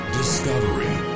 discovery